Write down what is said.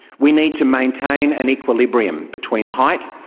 we need to maintain an equilibrium between height,